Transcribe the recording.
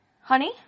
Honey